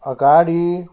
अगाडि